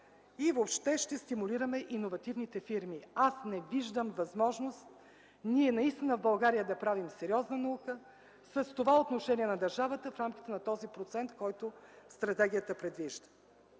и въобще ще стимулираме иновативните фирми. Аз не виждам възможност ние наистина в България да правим сериозна наука с това отношение на държавата в рамките на този процент, който стратегията предвижда.